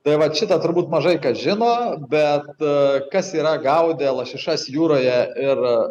tai vat šitą turbūt mažai kas žino bet kas yra gaudę lašišas jūroje ir